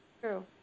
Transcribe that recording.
True